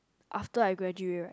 after I graduate right